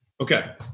okay